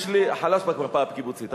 יש לי, חלש במפה הקיבוצית.